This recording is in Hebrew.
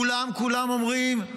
כולם כולם אומרים: